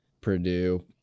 Purdue